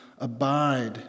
abide